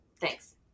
Thanks